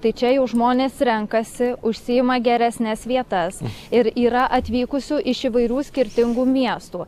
tai čia jau žmonės renkasi užsiima geresnes vietas ir yra atvykusių iš įvairių skirtingų miestų